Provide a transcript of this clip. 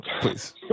please